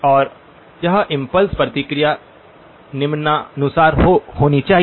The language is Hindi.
और यह इम्पल्स प्रतिक्रिया निम्नानुसार होनी चाहिए